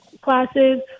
classes